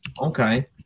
okay